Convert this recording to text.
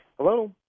Hello